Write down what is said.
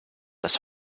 das